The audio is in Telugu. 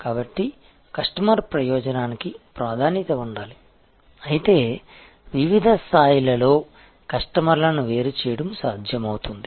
కాబట్టి కస్టమర్ ప్రయోజనానికి ప్రాధాన్యత ఉండాలి అయితే వివిధ స్థాయిలలో కస్టమర్లను వేరు చేయడం సాధ్యమవుతుంది